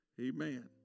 Amen